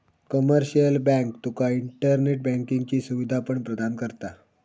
commercial bank तुका internet बँकिंगची सुवीधा पण प्रदान करता